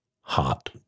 hot